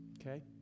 okay